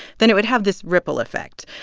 then it would have this ripple effect.